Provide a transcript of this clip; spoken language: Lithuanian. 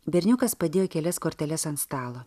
berniukas padėjo kelias korteles ant stalo